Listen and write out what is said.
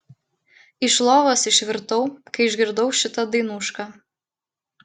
iš lovos išvirtau kai išgirdau šitą dainušką